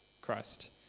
Christ